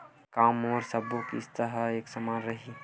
का मोर सबो किस्त ह एक समान रहि?